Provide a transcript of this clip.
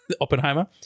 Oppenheimer